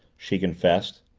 she confessed.